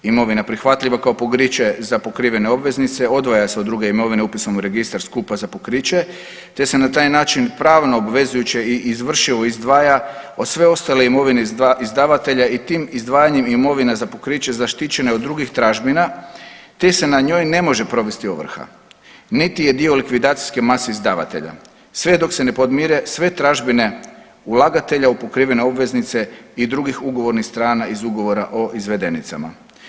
Imovina je prihvatljiva kao pokriće za pokrivene obveznice, odvaja se od druge imovine upisane u registar skupa za pokriće te se na taj način pravno obvezujuće i izvršivo izdvaja od sve ostale imovine izdavatelja i tim izdvajanjem imovine za pokriće zaštićene od drugih tražbina te se na njoj ne može provesti ovrha, niti je dio likvidacijske mase izdavatelja sve dok se ne podmire sve tražbine ulagatelja u pokrivene obveznice i drugih ugovornih strana iz ugovora o izvedenicama.